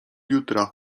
jutra